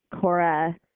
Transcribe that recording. Cora